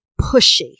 pushy